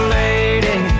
lady